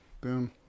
boom